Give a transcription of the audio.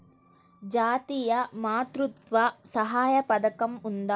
జాతీయ మాతృత్వ సహాయ పథకం ఉందా?